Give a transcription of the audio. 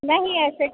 नहीं ऐसे